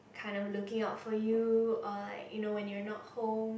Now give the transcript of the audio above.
kind of looking out for you or like you know when you're not home